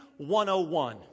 101